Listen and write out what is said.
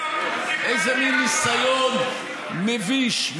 איזה מין ניסיון מביש,